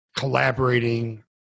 collaborating